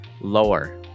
Lower